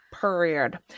Period